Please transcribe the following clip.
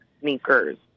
sneakers